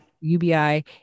UBI